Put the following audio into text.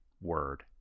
word